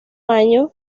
año